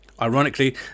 Ironically